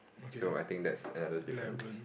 so I think that's another difference